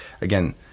again